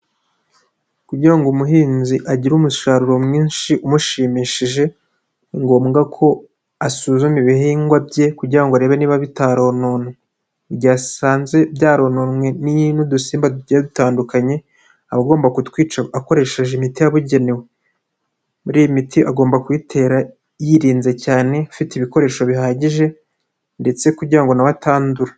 Kugira ngo umuhinzi agire umusaruro mwinshi umushimishije. Ni ngombwa ko asuzuma ibihingwa bye kugira ngo arebe niba bitarononwe. Igihe yasanze byarononwe n'udusimba tugiye dutandukanye, aba agomba kutwica akoresheje imiti yabugenewe. Muri iyi miti agomba kuyitera yirinze cyane ,afite ibikoresho bihagije ndetse kugira ngo nawe atandura.